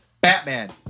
Batman